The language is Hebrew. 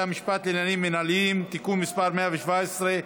המשפט לעניינים מינהליים (תיקון מס' 117),